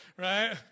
right